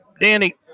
Danny